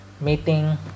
meeting